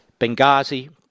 Benghazi